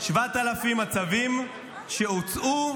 7,000 הצווים שהוצאו.